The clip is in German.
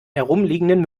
herumliegenden